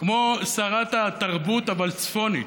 כמו שרת התרבות, אבל "צפונית".